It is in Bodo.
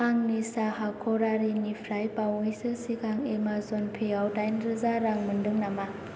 आं निसा हाख'रारिनिफ्राय बावैसो सिगां एमाजन पेआव दाइन रोजा रां मोनदों नामा